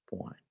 point